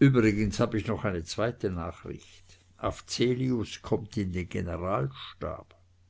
übrigens hab ich noch eine zweite nachricht afzelius kommt in den generalstab